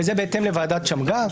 וזה בהתאם לוועדת שמגר.